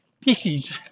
pieces